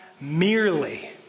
merely